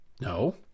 No